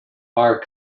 are